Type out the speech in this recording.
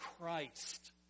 Christ